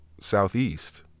Southeast